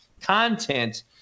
content